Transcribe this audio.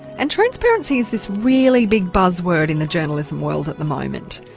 and transparency is this really big buzzword in the journalism world at the moment.